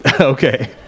Okay